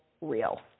real